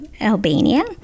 Albania